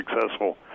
successful